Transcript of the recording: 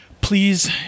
Please